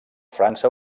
frança